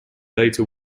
later